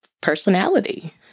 personality